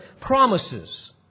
promises